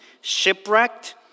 shipwrecked